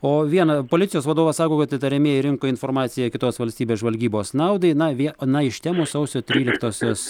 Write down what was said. o viena policijos vadovas sako kad įtariamieji rinko informaciją kitos valstybės žvalgybos naudai na vie na iš temų sausio tryliktosios